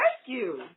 rescue